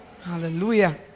hallelujah